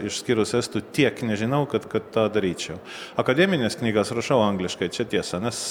išskyrus estų tiek nežinau kad kad tą daryčiau akademines knygas rašau angliškai čia tiesa nes